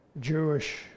Jewish